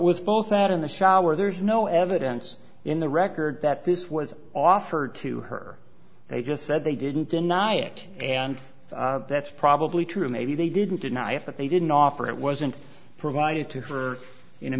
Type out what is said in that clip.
with both out in the shower there's no evidence in the record that this was offered to her they just said they didn't deny it and that's probably true maybe they didn't deny it but they didn't offer it wasn't provided to for in a